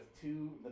two